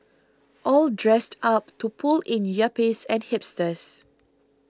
all dressed up to pull in yuppies and hipsters